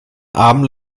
abend